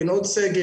בין עוד סגר,